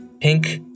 Pink